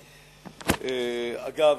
אגב,